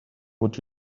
would